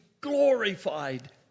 glorified